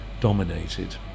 dominated